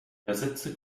ersetze